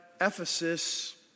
Ephesus